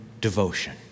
devotion